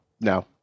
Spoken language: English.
no